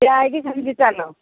ଠିଆ ହୋଇକି ସେମିତି ଚାଲ